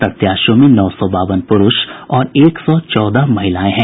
प्रत्याशियों में नौ सौ बावन प्रूष और एक सौ चौदह महिलाएं हैं